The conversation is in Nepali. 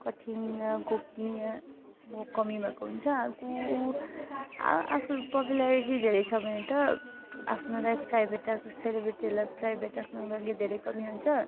कठिन गोपनीयको कमी भएको हुन्छ अर्को अँ आफू पपुल्यारिटी धेरै छ भने त आफ्नो लाइफ प्राइभेट राख्नु सेलिब्रेटीहरूलाई प्राइभेट राख्नुको लागि धेरै कमी हुन्छ